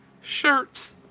shirts